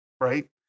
right